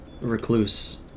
recluse